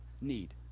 need